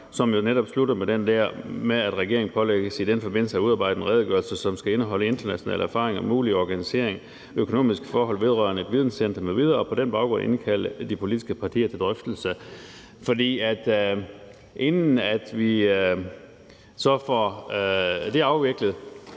med det der med, at regeringen i den forbindelse pålægges at udarbejde en redegørelse, som skal indeholde internationale erfaringer, mulig organisering, økonomiske forhold vedrørende et videncenter m.v., og på den baggrund indkalde de politiske partier til drøftelser. For inden vi så får det afviklet,